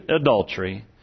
adultery